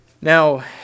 Now